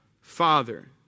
Father